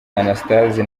anastase